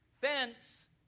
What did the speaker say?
fence